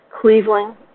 Cleveland